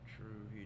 True